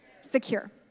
Secure